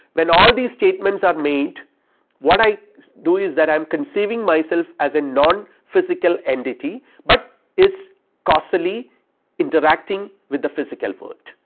when all these statements are made what i do is that i am conceiving myself as a non physical entity, but his causally interacting with the physical world,